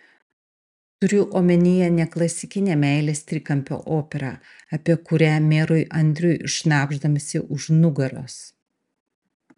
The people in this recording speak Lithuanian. turiu omenyje ne klasikinę meilės trikampio operą apie kurią merui andriui šnabždamasi už nugaros